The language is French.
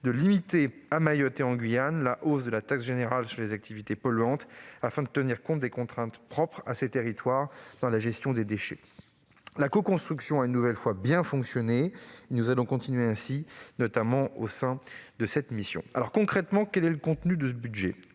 de limiter à Mayotte et en Guyane la hausse de la taxe générale sur les activités polluantes, la TGAP, afin de tenir compte des contraintes propres à ces territoires dans la gestion des déchets. La coconstruction a, une nouvelle fois, bien fonctionné et nous allons continuer ainsi, notamment au sein de la mission. Concrètement, quel est le contenu de ce budget ?